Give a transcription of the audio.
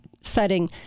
setting